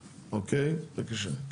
אוקיי, בבקשה.